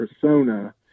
persona